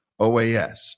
OAS